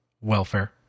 welfare